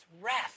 rest